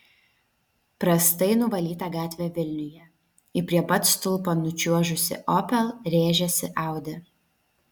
prastai nuvalyta gatvė vilniuje į prie pat stulpo nučiuožusį opel rėžėsi audi